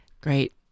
great